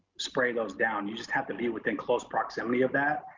spray those down, you just have to be within close proximity of that,